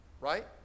right